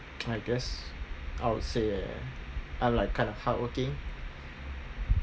I guess I would say I'm like kind of hardworking